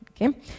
Okay